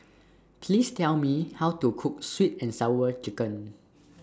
Please Tell Me How to Cook Sweet and Sour Chicken